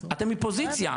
אתם מפוזיציה.